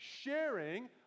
sharing